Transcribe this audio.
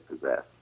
possess